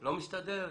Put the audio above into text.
לא מסתדר?